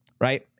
Right